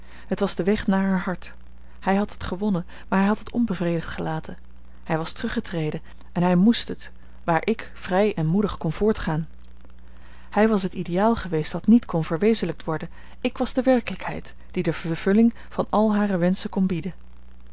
het was de weg naar haar hart hij had het gewonnen maar hij had het onbevredigd gelaten hij was teruggetreden en hij moest het waar ik vrij en moedig kon voortgaan hij was het ideaal geweest dat niet kon verwezenlijkt worden ik was de werkelijkheid die de vervulling van al hare wenschen kon bieden